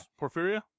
Porphyria